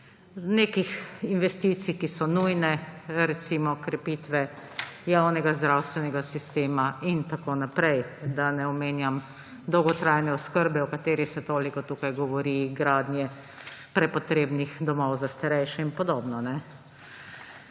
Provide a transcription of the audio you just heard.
nekih investicij, ki so nujne? Recimo, krepitve javnega zdravstvenega sistema in tako naprej, da ne omenjam dolgotrajne oskrbe, o katerih se toliko tukaj govori, gradnje prepotrebnih domov za starejše in podobno.